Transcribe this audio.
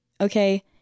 okay